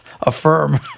affirm